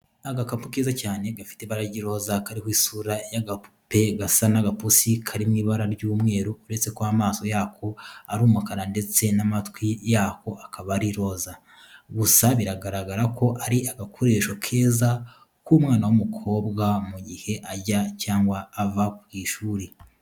Agakapu keza cyane gafite ibara ry'iroza kariho isura y'agapupe gasa n'agapusi, kari mu ibara ry'umweru uretse ko amaso yako ari umukara ndetse n'amatwi yako akab ari iroza, gusa bigaragara ko ari agakoresho keza ku mwana w'umukobwa mu gihe ajya cyangwa ava ku ishuri.